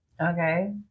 Okay